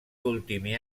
ultimi